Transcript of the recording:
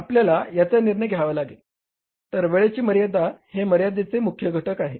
आपल्याला याचा निर्णय घ्यावा लागेल तर वेळेची मर्यादा हे मर्यादेचे मुख्य घटक आहे